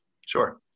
Sure